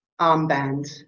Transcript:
armband